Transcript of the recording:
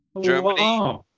Germany